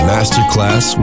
Masterclass